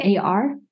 AR